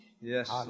Yes